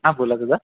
हा बोला दादा